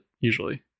usually